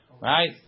Right